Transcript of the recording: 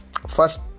First